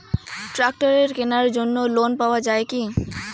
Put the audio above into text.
ট্রাক্টরের কেনার জন্য লোন পাওয়া যায় কি?